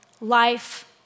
life